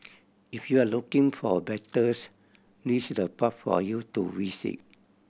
if you're looking for a battles this the park for you to visit